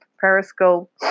Periscope